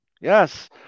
yes